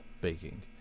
Baking